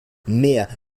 mehr